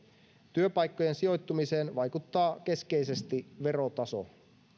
työpaikkojen sijoittumiseen vaikuttaa keskeisesti verotaso